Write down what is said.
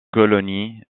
colonie